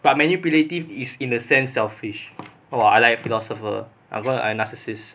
but manipulative is in a sense selfish oh I like philosopher or I narcissist